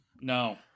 No